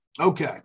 Okay